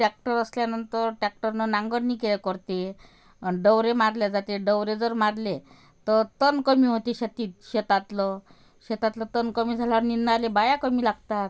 tractor असल्यानंतर टॅक्टरनं नांगरणी के करते अन दवरे मारले जाते दवरे जर मारले तर तण कमी होते शेती शेतातलं शेतातलं तण कमी झाल्यावर निंदणाला बाया कमी लागतात